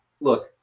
Look